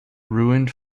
ruined